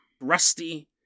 Rusty